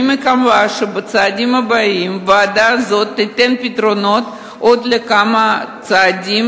אני מקווה שהוועדה הזאת תיתן פתרונות של עוד כמה צעדים,